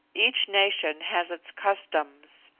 each nation has its customs.